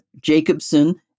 Jacobson